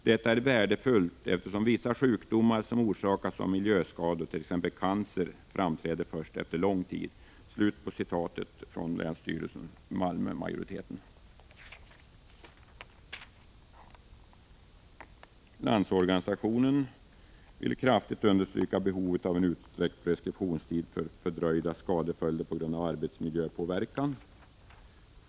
Detta är värdefullt, eftersom vissa sjukdomar som orsakas av miljöfaktorer, t.ex. cancer, framträder först efter lång tid.” Landsorganisationen ”vill kraftigt understryka behovet av en utsträckt preskriptionstid för fördröjda skadeföljder på grund av arbetsmiljöpåverkan”.